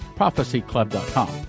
prophecyclub.com